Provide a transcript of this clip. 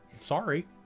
sorry